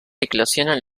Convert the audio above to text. eclosionan